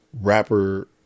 rapper